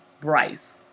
Bryce